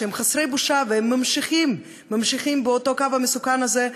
שהם חסרי בושה ומממשיכים בקו המסוכן הזה,